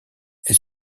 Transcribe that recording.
elle